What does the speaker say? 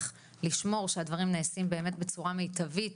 ולשמור שהדברים נעשים באמת בצורה מיטבית.